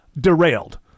derailed